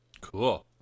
Cool